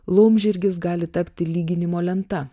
laumžirgis gali tapti lyginimo lenta